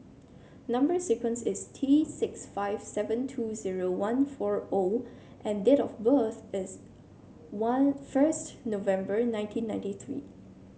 number sequence is T six five seven two zero one four O and date of birth is one first November nineteen ninety three